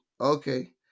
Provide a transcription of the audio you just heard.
Okay